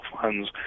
funds